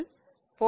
05 degree ஆகும்